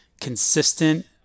Consistent